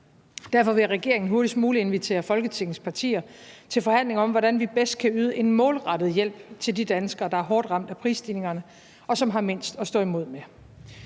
Derfor vil regeringen hurtigst muligt invitere Folketingets partier til forhandlinger om, hvordan vi bedst kan yde en målrettet hjælp til de danskere, der er hårdt ramt af prisstigningerne, og som har mindst at stå imod med.